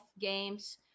games